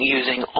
using